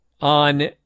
on